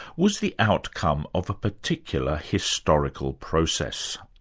was the outcome of a particular historical process.